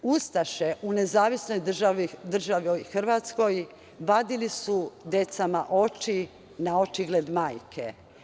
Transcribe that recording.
Ustaše u Nezavisnoj Državi Hrvatskoj vadili su deci oči na očigled majke.